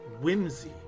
whimsy